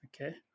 okay